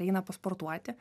eina pasportuoti